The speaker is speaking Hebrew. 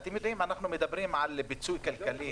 אנחנו מדברים על פיצוי כלכלי,